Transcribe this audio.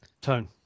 Tone